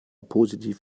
positiv